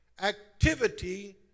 Activity